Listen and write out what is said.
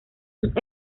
sus